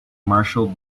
marshall